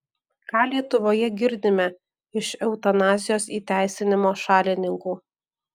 ką lietuvoje girdime iš eutanazijos įteisinimo šalininkų